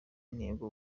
intego